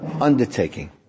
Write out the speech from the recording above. undertaking